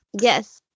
Yes